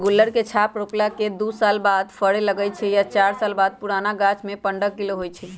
गुल्लर के गाछ रोपला के दू साल बाद फरे लगैए छइ आ चार पाच साल पुरान गाछमें पंडह किलो होइ छइ